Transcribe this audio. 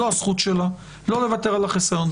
זאת הזכות שלה, לא לוותר על החיסיון.